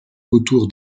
autour